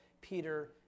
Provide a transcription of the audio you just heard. Peter